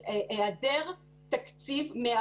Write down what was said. בלעדיו למעשה המשק וההורים בפרט מתקשים מאוד